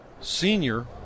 Senior